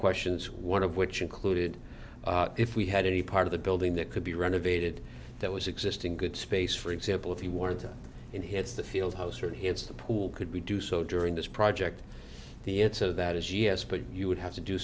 questions one of which included if we had any part of the building that could be renovated that was existing good space for example if you wanted to and hits the field house or hits the pool could we do so during this project the answer that is yes but you would have to do